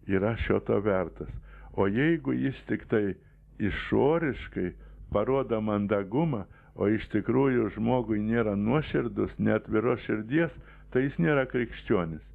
yra šio to vertas o jeigu jis tiktai išoriškai parodo mandagumą o iš tikrųjų žmogui nėra nuoširdus ne atviros širdies tai jis nėra krikščionis